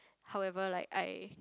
however like I